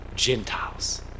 Gentiles